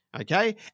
okay